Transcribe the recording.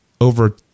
over